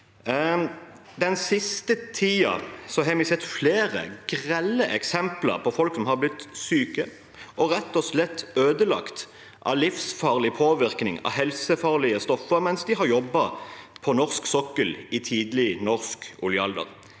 Den siste tiden har vi sett flere grelle eksempler på folk som har blitt syke og rett og slett ødelagt av livsfarlig påvirkning av helsefarlige stoffer mens de jobbet på norsk sokkel i tidlig norsk oljealder.